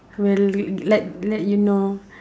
will let let you know